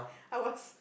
I was